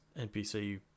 NPC